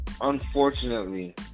unfortunately